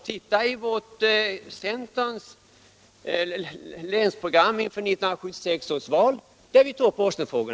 Titta exempelvis i centerns länsprogram inför 1976 års val, där vi tog upp Åsnenfrågan!